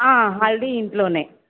హల్దీ ఇంట్లో